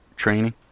training